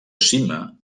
cima